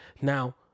now